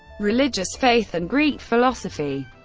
religious faith and greek philosophy